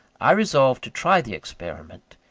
i resolved to try the experiment,